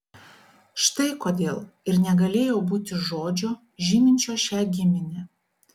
štai kodėl ir negalėjo būti žodžio žyminčio šią giminę